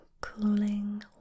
cooling